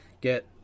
get